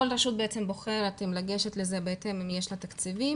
כל רשות בוחרת אם לגשת לזה אם יש לה תקציבים.